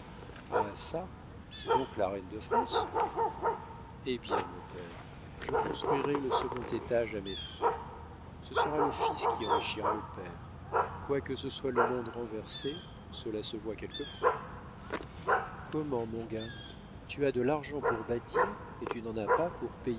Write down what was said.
ah ça c'est donc la reine de france eh bien mon père je construirai le second étage à mes frais ce sera le fils qui enrichira le père quoique ce soit le monde renversé cela se voit quelquefois comment mon gars tu as de l'argent pour bâtir et tu n'en as pas pour